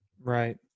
Right